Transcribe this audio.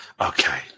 Okay